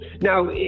Now